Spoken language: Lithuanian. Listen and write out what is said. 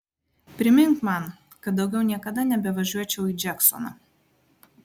primink man kad daugiau niekada nebevažiuočiau į džeksoną